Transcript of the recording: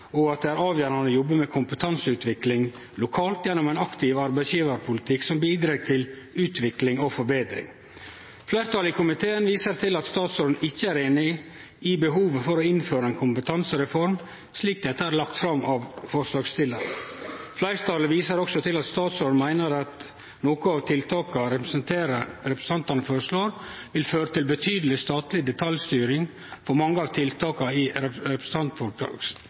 og at det er avgjerande å jobbe med kompetanseutvikling lokalt gjennom ein aktiv arbeidsgjevarpolitikk som bidreg til utvikling og forbetring. Fleirtalet i komiteen viser til at statsråden ikkje er einig i behovet for å innføre ei kompetansereform, slik dette er lagt fram av forslagsstillarane. Fleirtalet viser også til at statsråden meiner at nokre av tiltaka representantane føreslår, vil føre til betydeleg statleg detaljstyring, sidan mange av tiltaka i